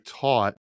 taught